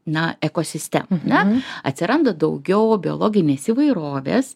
na ekosistemą ane atsiranda daugiau biologinės įvairovės